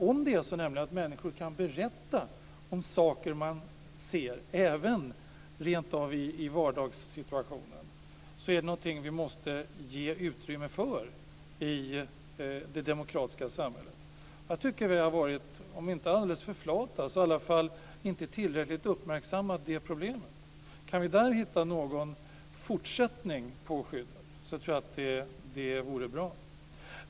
Om människor kan berätta om saker de ser, även i vardagssituationer, är det nämligen någonting som vi måste ge utrymme för i det demokratiska samhället. Jag tycker att vi har varit om inte alldeles för flata så i alla fall inte tillräckligt uppmärksamma på det problemet. Kan vi där hitta någon fortsättning på skyddet vore det bra.